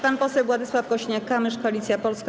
Pan poseł Władysław Kosiniak-Kamysz, Koalicja Polska.